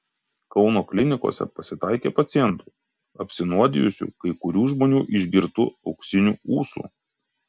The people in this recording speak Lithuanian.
kauno klinikose pasitaikė pacientų apsinuodijusių kai kurių žmonių išgirtu auksiniu ūsu